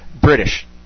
British